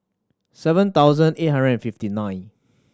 seven thousand eight hundred and fifty nine